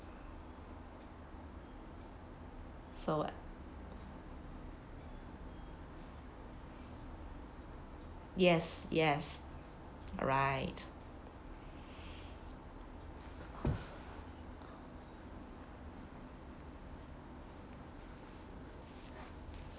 so yes yes right